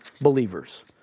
believers